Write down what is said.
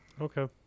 Okay